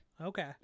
Okay